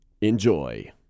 enjoy